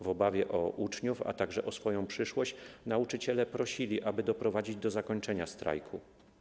W obawie o uczniów, a także o swoją przyszłość nauczyciele prosili, aby doprowadzić do zakończenia strajku.